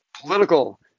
political